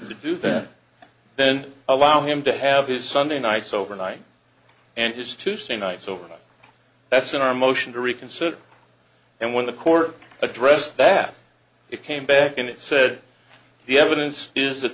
do that then allow him to have his sunday nights overnight and his tuesday night so that's in our motion to reconsider and when the court addressed that it came back in it said the evidence is that